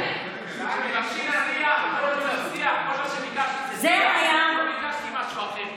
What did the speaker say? לא ביקשתי משהו אחר,